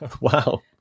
Wow